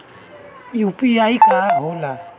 ई यू.पी.आई का होला?